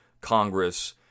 Congress